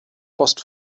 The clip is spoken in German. post